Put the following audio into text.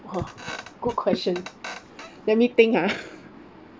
!wah! good question let me think ah